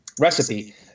recipe